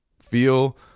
feel